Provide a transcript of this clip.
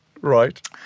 Right